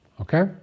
Okay